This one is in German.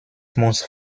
muss